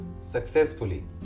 successfully